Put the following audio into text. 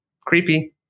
creepy